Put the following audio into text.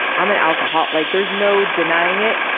i'm an alcoholic. like there's no denying it.